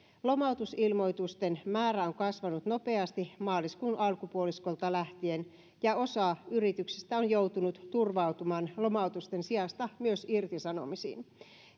lomautusilmoitusten määrä on kasvanut nopeasti maaliskuun alkupuoliskolta lähtien ja osa yrityksistä on joutunut turvautumaan lomautusten sijasta myös irtisanomisiin